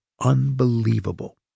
unbelievable